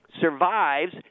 survives